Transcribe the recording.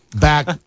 back